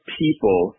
people